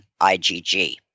IgG